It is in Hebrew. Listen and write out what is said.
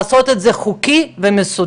לעשות את זה חוקי ומסודר.